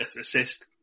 assist